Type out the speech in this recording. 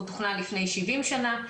הוא תוכנן לפני 70 שנה.